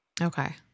Okay